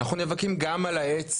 אנחנו נאבקים גם על העץ,